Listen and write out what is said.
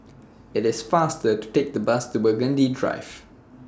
IT IS faster to Take The Bus to Burgundy Drive